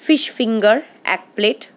fish finger এক plate